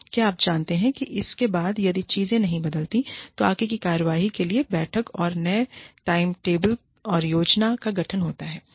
क्या आप जानते हैं कि इसके बाद यदि चीजें नहीं बदलती हैं तो आगे की कार्यवाही के लिए बैठकऔर नए टाइम टेबल और योजना का गठन होता है